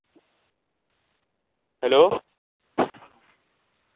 hello